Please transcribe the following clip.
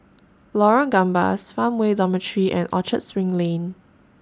Lorong Gambas Farmway Dormitory and Orchard SPRING Lane